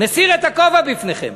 נסיר את הכובע בפניכם.